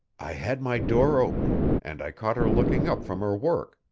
i had my door open, and i caught her looking up from her work,